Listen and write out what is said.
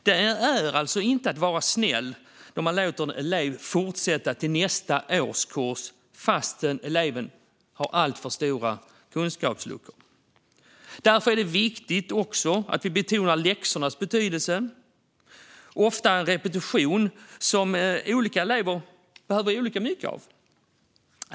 Det är inte att vara snäll när man låter en elev fortsätta till nästa årskurs fastän eleven har stora kunskapsluckor. Det är också viktigt att betona läxornas betydelse. De innebär ofta repetition, som olika elever behöver olika mycket av.